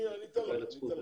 אני אתן לה.